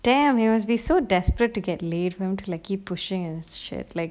damn he was be so desperate to get late and keep pushing his shit like